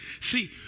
See